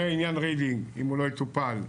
ועניין רידינג אם הוא לא יטופל,